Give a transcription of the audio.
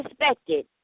expected